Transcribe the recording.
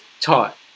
taught